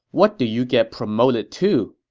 what do you get promoted to?